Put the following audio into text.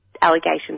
allegations